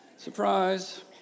Surprise